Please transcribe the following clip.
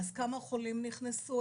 אז כמה חולים נכסנו,